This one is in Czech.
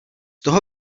toho